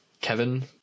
Kevin